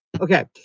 Okay